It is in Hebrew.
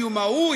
איום ההוא,